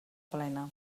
plena